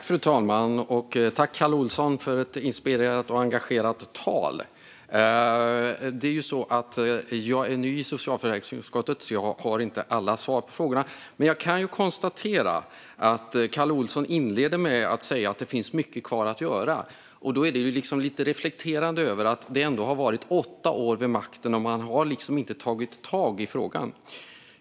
Fru talman! Jag tackar Kalle Olsson för ett inspirerat och engagerat tal. Jag är ny i socialförsäkringsutskottet, så jag har inte alla svar på frågorna. Men jag kan konstatera att Kalle Olsson inledde med att säga att det finns mycket kvar att göra. Då reflekterar jag över att ni har varit åtta år vid makten, och ändå har ni liksom inte tagit tag i frågan.